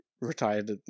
retired